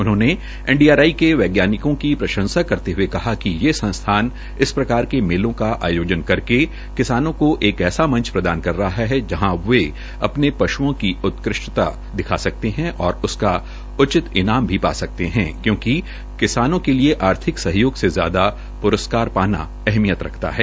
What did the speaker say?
उन्होंने एनडीआरआई के वैज्ञानिकों की प्रशंसा करते हए कहा कि यह संस्थान इस प्रकार के मेलों का आयोजन करके किसानों को एक ऐसा मंच प्रदान कर रहा है जहां वे अपने पशुओं की उत्कृष्टता दिखा सकते हैं और उसका उचित ईनाम भी पा सकते हैं क्योंकि किसान के लिए आर्थिक सहयोग से ज्यादा पुरस्कार पाना अहमियत रखता है